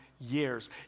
years